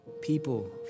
People